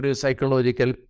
psychological